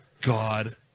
god